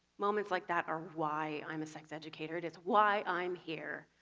moments like that are why i'm a sex educator it's why i'm here.